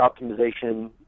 optimization